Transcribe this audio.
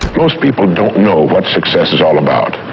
most people don't know what success is all about,